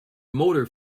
motor